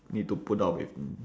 need to put up with